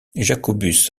jacobus